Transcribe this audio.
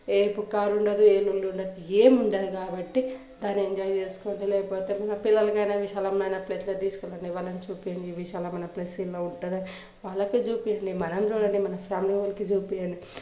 ఏ పుకారు ఏ ఉండదు ఏముంటుండ ఏం ఉండదు కాబట్టి దాన్ని ఎంజాయ్ చేసుకోండి లేకపోతే మన పిల్లలకైనా విశాలమైన ప్లేసులో తీసుకొని పోయి వాళ్ళని చూపించిపీయండి విశాలమైన ప్లేస్ ఇలా ఉంటుందని వాళ్లకు చూపియండి మనం చూడండి మన ఫ్యామిలీ మెంబర్లకి చూపియండి